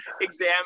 exam